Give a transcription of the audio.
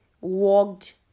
walked